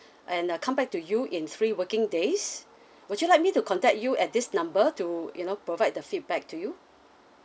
and uh come back to you in three working days would you like me to contact you at this number to you know provide the feedback to you